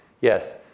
Yes